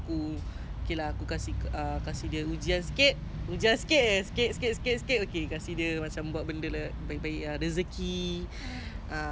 maybe whatever I say is not what he is going to say but